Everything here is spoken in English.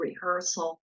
rehearsal